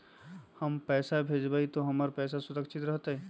हम पैसा भेजबई तो हमर पैसा सुरक्षित रहतई?